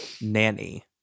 nanny